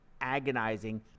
agonizing